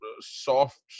soft